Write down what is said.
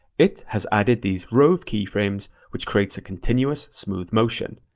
it has added these rove keyframes which creates a continuous smooth motion.